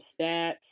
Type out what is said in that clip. stats